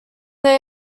they